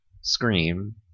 Scream